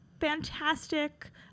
fantastic